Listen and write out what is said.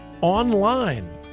online